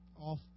off